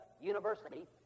University